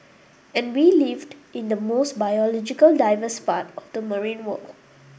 and we lived in the most biologically diverse part of the marine world